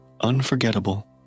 unforgettable